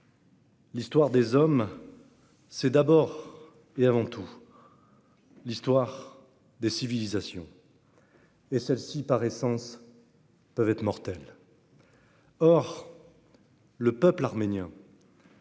L'histoire des hommes, c'est d'abord et avant tout l'histoire des civilisations, et celles-ci, par essence, peuvent être mortelles. Or le peuple arménien,